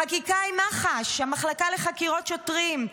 חקיקה עם מח"ש, המחלקה לחקירות שוטרים.